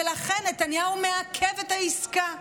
ולכן נתניהו מעכב את העסקה.